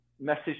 message